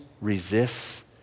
resists